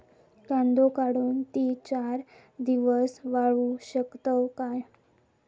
कांदो काढुन ती चार दिवस वाळऊ शकतव काय?